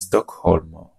stokholmo